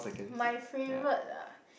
my favourite ah